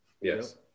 Yes